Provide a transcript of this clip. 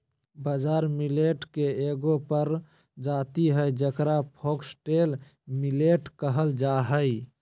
बाजरा मिलेट के एगो प्रजाति हइ जेकरा फॉक्सटेल मिलेट कहल जा हइ